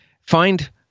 find